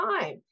time